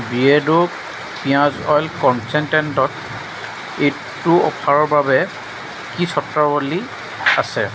বিয়েৰ্ডো পিঁয়াজৰ অইল কন্চেনট্ৰেটত এইটো অফাৰৰ বাবে কি চৰ্তাৱলী আছে